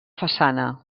façana